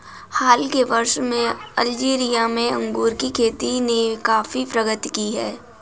हाल के वर्षों में अल्जीरिया में अंगूर की खेती ने काफी प्रगति की है